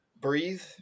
breathe